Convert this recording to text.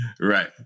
Right